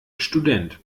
student